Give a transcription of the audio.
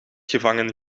gevangen